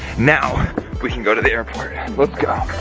now we can go to the airport, let's go.